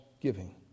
giving